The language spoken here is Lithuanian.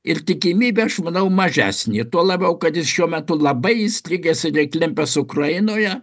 ir tikimybė aš manau mažesnė tuo labiau kad jis šiuo metu labai įstrigęs ir įklimpęs ukrainoje